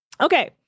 Okay